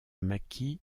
maquis